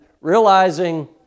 realizing